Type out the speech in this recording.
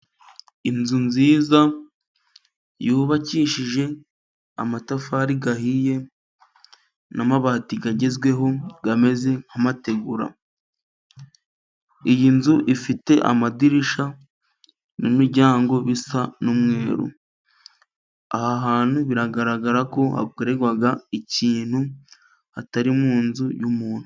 Inzu nziza yubakishije amatafari ahiye n'amabati agezweho ameze nk'amategura, iyi nzu ifite amadirishya n'imiryango bisa n'umweru. Aha hantu biragaragara ko hakorerwa ikintu, atari mu nzu y'umuntu.